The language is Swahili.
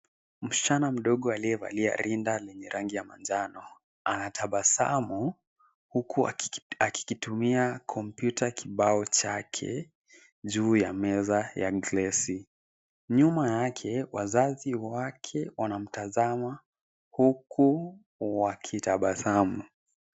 Msichana mdogo aliyevalia rinda yenye rangi ya manjano anatabasamu huku akikitumia kompyuta kibao chake juu ya meza ya glesi. Nyuma yake wazazi wake wanamtazama huku wakitabasamu.